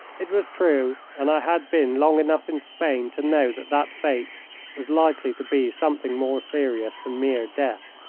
it was true, and i had been long enough in spain to know that that fate was likely to be something more serious than mere death.